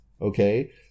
Okay